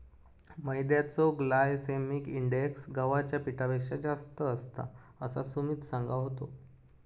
मैद्याचो glycaemic index गव्हाच्या पिठापेक्षा जास्त असता, असा सुमित सांगा होतो